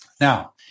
Now